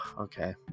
okay